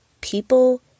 people